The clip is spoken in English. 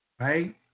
right